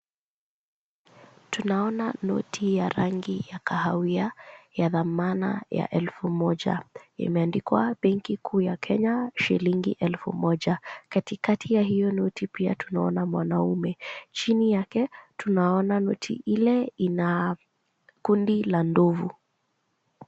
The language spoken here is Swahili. Tunaona noti ya rangi ya kahawia ya thamana ya elfu moja, imeandikwa benki kuu ya Kenya shillingi elfu moja, katikati ya hiyo noti pia tunaona mwanamume, chini yake tunaona noti ile ina kundi la ndovu.